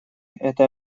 это